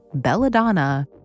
belladonna